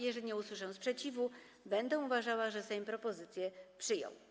Jeżeli nie usłyszę sprzeciwu, będę uważała, że Sejm propozycję przyjął.